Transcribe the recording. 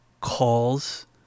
calls